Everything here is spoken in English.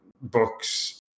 books